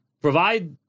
provide